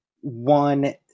one